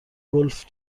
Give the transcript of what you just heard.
گلف